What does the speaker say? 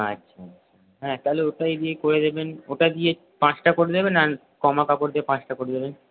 আচ্ছা হ্যাঁ তাহলে ওটাই ইয়ে করে দেবেন ওটা দিয়ে পাঁচটা করে দেবেন আর কমা কাপড় দিয়ে পাঁচটা করে দেবেন